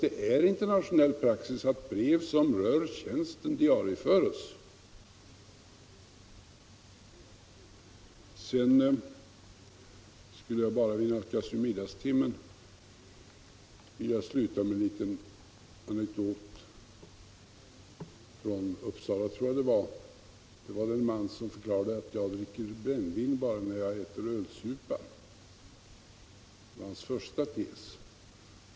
Enligt internationell praxis diarieförs brev som rör tjänsten. Eftersom vi nalkas middagstimmen, skulle jag vilja avsluta med en liten anekdot från Uppsala. En man förklarade: ”Jag dricker brännvin, bara när jag äter ölsupa.” Det var hans första tes.